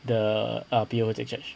the ah P_O take charge